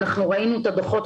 אנחנו ראינו את הדוחות,